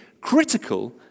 critical